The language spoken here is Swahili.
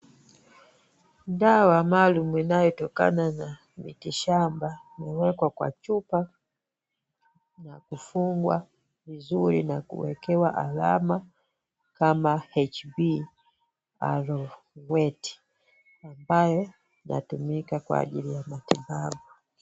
Dawa maalum inayotokana na miti shamba imewekwa kwa chupa na kufungwa vizuri na kuekewa alama kama HB arobweti ambayo inatumika kwa ajili ya matibabu.